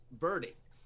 verdict